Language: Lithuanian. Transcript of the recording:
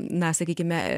na sakykime